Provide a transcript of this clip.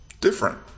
different